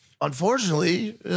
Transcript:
unfortunately